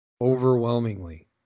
overwhelmingly